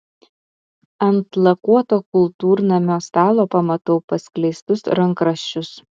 ant lakuoto kultūrnamio stalo pamatau paskleistus rankraščius